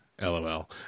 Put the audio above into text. LOL